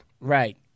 Right